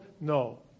No